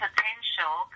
Potential